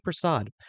Prasad